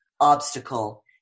obstacle